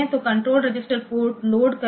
तो control register port load करें